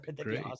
Great